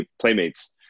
playmates